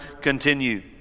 continue